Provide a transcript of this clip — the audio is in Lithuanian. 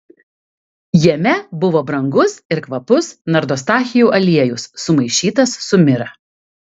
jame buvo brangus ir kvapus nardostachių aliejus sumaišytas su mira